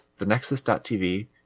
thenexus.tv